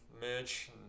Mitch